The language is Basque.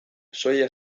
soia